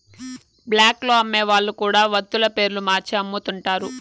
black లో అమ్మే వాళ్ళు కూడా వత్తుల పేర్లు మార్చి అమ్ముతుంటారు